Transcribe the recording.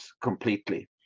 completely